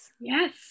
yes